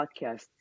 podcast